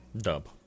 Dub